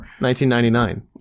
1999